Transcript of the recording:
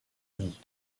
vie